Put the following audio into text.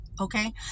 Okay